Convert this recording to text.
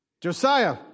Josiah